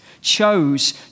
chose